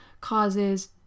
causes